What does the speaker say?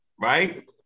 right